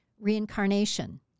Reincarnation